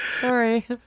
Sorry